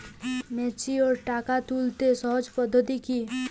Mature টাকা তুলতে সহজ পদ্ধতি কি?